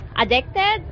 addicted